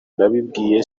nabibwiye